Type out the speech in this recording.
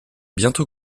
bientôt